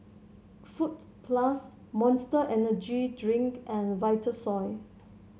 Fruit Plus Monster Energy Drink and Vitasoy